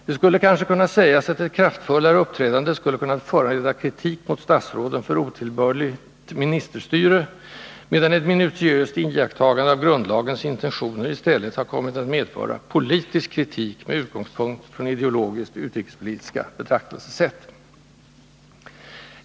Det skulle kanske kunna sägas, att ett kraftfullare agerande skulle ha kunnat föranleda kritik mot statsråden för otillbörligt ”ministerstyre” , medan ett minutiöst iakttagande av grundlagens intentioner i stället har kommit att medföra politisk kritik med utgångspunkt från ideologiskt utrikespolitiska betraktelsesätt.